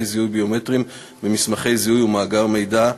זיהוי ביומטריים במסמכי זיהוי ובמאגר מידע,